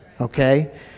okay